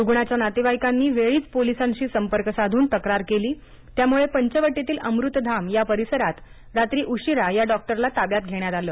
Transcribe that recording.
रुग्णाच्या नातेवाईकांनी वेळीच पोलिसांशी संपर्क साधून तक्रार केली त्यामुळे पंचवटीतील अमृतधाम या परिसरात रात्री उशिरा या डॉक्टरला ताब्यात घेण्यात आलं